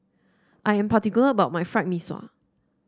I am particular about my Fried Mee Sua